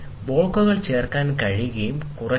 നിങ്ങൾക്ക് ബ്ലോക്കുകൾ ചേർക്കാൻ കഴിയും നിങ്ങൾക്ക് കുറയ്ക്കാം